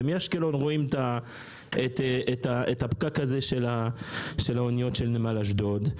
ומאשקלון רואים את הפקק של האניות של נמל אשדוד.